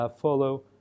follow